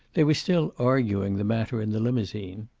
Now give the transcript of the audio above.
they were still arguing the matter in the limousine.